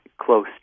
close